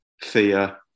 fear